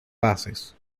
bases